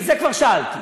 את זה כבר שאלתי.